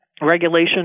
regulation